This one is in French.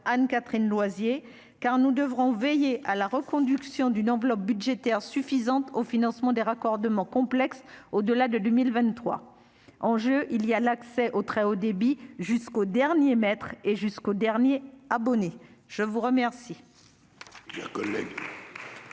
Anne-Catherine Loisier car nous devrons veiller à la reconduction d'une enveloppe budgétaire suffisante au financement des raccordements complexe au delà de 2023 en jeu il y a l'accès au très haut débit jusqu'au dernier mètre et jusqu'au dernier abonnés je vous remercie.